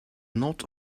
not